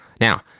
Now